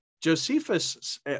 Josephus